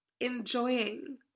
enjoying